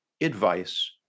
advice